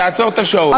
תעצור את השעון.